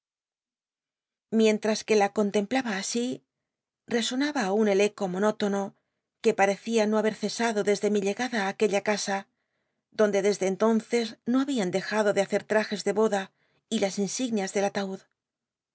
micnllas juc la contemplaba así rcsonaba aun el ceo monótono que parecía no haber cesado desde mi llegada ü ac nella casa donde desde entonces no habían dejado de ha cer trajes de boda y las insignias del ataud